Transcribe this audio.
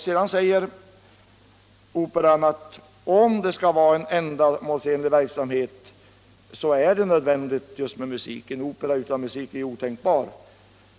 Sedan säger operan att om det skall vara en ändamålsenlig verksamhet så är det nödvändigt med musik. En opera utan musik är ju otänkbar.